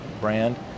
brand